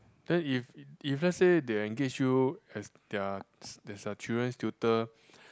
then if if let's say they engage you as their s~ children's tutor